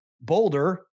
Boulder